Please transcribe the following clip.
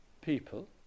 people